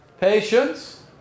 Patience